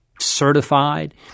certified